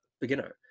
beginner